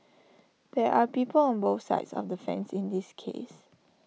there are people on both sides of the fence in this case